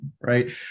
right